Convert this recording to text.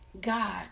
God